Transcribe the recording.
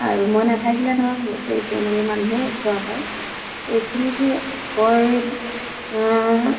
আৰু মই নাথাকিলে ধৰক গোটেই ফেমিলি মানুহেই চোৱা হয় এইখিনিকে কয়